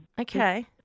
okay